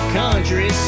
country